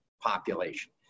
population